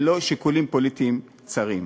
ללא שיקולים פוליטיים צרים.